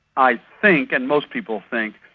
i think, and most people think,